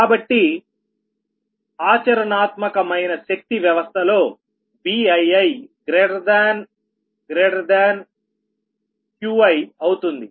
కాబట్టిఆచరణాత్మకమైన శక్తి వ్యవస్థలో BiiQiఅవుతుంది